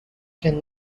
can